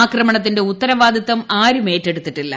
ആക്രമണത്തിന്റെ ഉത്തരവാദിത്തം ആരും ഏറ്റെടുത്തിട്ടില്ല